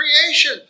creation